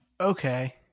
Okay